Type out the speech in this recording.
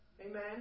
Amen